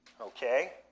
Okay